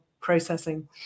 processing